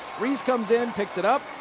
reese comes in. picks it up.